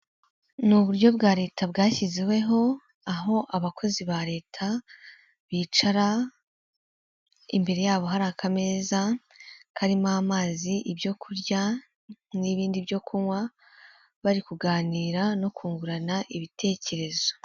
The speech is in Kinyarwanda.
Iyo abayobozi basoje inama bari barimo hari ahantu habugenewe bahurira bakiga ku myanzuro yafashwe ndetse bakanatanga n'umucyo ku bibazo byagiye bigaragazwa ,aho hantu iyo bahageze baraniyakira.